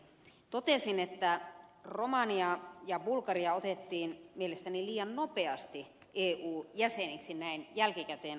totesin että romania ja bulgaria otettiin mielestäni liian nopeasti eun jäseniksi näin jälkikäteen ajatellen